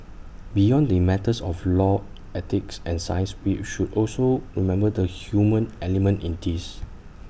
beyond the matters of law ethics and science we should also remember the human element in this